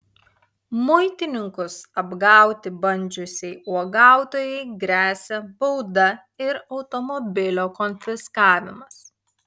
muitininkus apgauti bandžiusiai uogautojai gresia bauda ir automobilio konfiskavimas